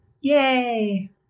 Yay